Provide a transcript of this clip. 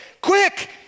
quick